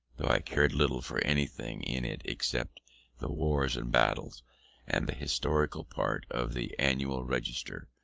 though i cared little for anything in it except the wars and battles and the historical part of the annual register,